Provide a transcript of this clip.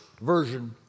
version